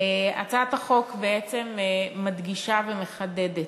הצעת החוק בעצם מדגישה ומחדדת.